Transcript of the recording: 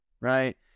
right